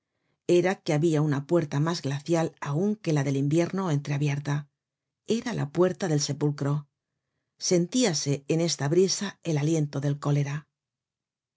era que habia una puerta mas glacial aun que la del invierno entreabierta era la puerta del sepulcro sentíase en esta brisa el aliento del cólera